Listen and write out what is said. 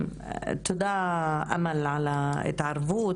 תודה אמל על ההתערבות,